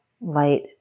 light